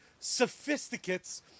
sophisticates